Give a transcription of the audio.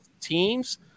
teams